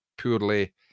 poorly